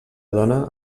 dona